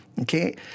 okay